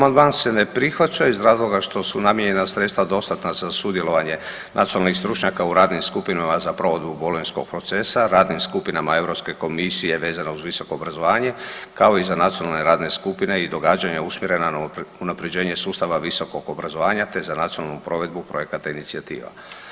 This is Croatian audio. Amandman se ne prihvaća iz razloga što su namijenjena sredstva dostatna za sudjelovanje nacionalnih stručnjaka u radnim skupinama za provedbu… [[ne razumije se]] procesa, radnim skupinama Europske komisije vezane za visoko obrazovanje kao i za nacionalne radne skupine i događanja usmjerene na unapređenje sustava Visokog obrazovanja, te za nacionalnu provedbu projekata i inicijativa.